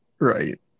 Right